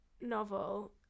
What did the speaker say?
novel